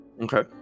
Okay